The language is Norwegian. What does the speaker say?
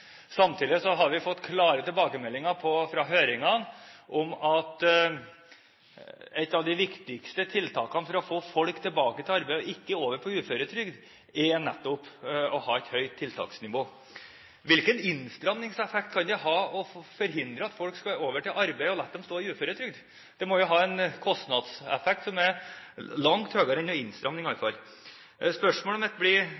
har vi fått klare tilbakemeldinger fra høringene om at et av de viktigste tiltakene for å få folk tilbake i arbeid og ikke over på uføretrygd er nettopp å ha et høyt tiltaksnivå. Hvilken innstramningseffekt kan det ha å forhindre at folk skal komme over i arbeid, og la dem stå i uføretrygd? Det må jo ha en kostnadseffekt som er langt høyere enn noen innstramningseffekt, iallfall. Spørsmålet mitt blir: